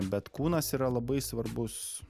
bet kūnas yra labai svarbus